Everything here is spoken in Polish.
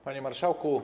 Panie Marszałku!